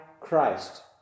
Christ